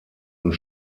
und